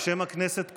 בשם הכנסת כולה,